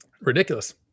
ridiculous